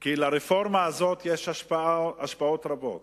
כי לרפורמה הזאת יש השפעות רבות.